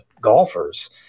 golfers